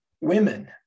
women